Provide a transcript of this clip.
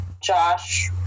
Josh